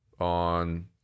on